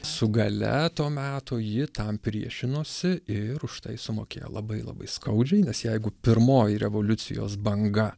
su galia to meto ji tam priešinosi ir už tai sumokėjo labai labai skaudžiai nes jeigu pirmoji revoliucijos banga